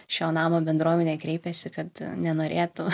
šio namo bendruomenė kreipėsi kad nenorėtų